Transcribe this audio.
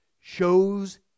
shows